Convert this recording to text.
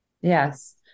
Yes